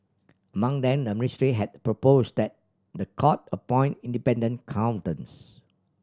among them the ministry had proposed that the court appoint independent accountants